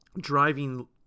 driving